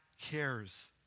cares